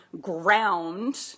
ground